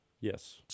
Yes